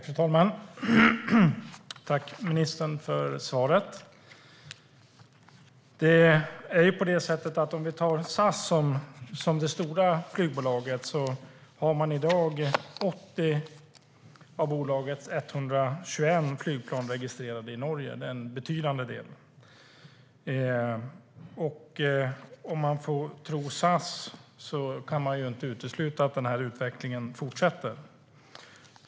Fru talman! Tack, ministern, för svaret! Om vi tar SAS som exempel, som är det stora bolaget, ser vi att de har 80 av sina 121 flygplan registrerade i Norge. Det är en betydande del. Om man får tro SAS går det inte att utesluta att den här utvecklingen fortsätter.